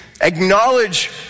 acknowledge